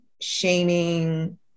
shaming